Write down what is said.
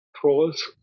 trolls